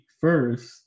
first